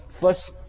First